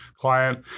client